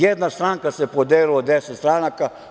Jedna stranka se podelila u 10 stranaka,